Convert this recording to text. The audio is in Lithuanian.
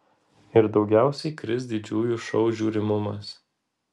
ir daugiausiai kris didžiųjų šou žiūrimumas